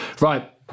Right